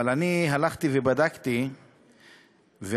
אבל אני הלכתי ובדקתי וראיתי